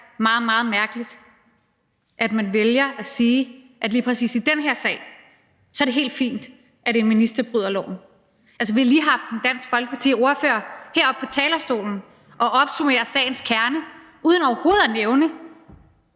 meget, meget mærkeligt, at man vælger at sige, at lige præcis i den her sag er det helt fint, at en minister bryder loven. Altså, vi har lige haft en ordfører for Dansk Folkeparti heroppe på talerstolen og opsummere sagens kerne uden overhovedet at nævne